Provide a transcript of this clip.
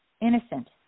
innocent